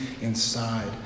inside